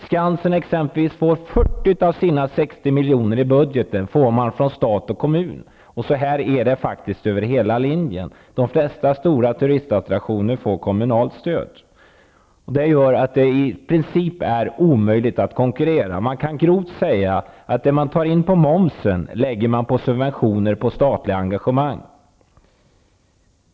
Skansen får t.ex. 40 av sina 60 miljoner i budgeten från stat och kommun, och så är det över hela linjen; de flesta stora turistattraktioner får kommunalt stöd, och det gör att det är i princip omöjligt att konkurrera. Man kan grovt säga att det staten tar in på momsen lägger den på subventioner till statliga engagemang.